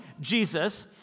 Jesus